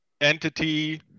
entity